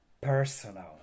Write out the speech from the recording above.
personal